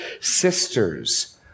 sisters